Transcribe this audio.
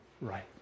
right